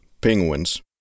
penguins